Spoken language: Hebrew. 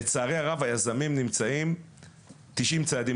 לצערי הרב היזמים נמצאים 90 צעדים